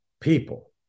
people